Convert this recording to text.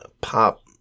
pop